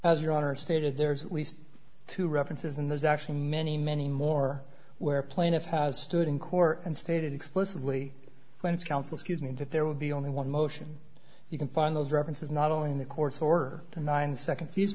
as your honor stated there's at least two references and there's actually many many more where plaintiff has stood in court and stated explicitly when it's counsel scuse me that there would be only one motion you can find those references not only in the courts or the nine second fee